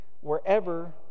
wherever